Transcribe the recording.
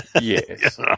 Yes